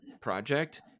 project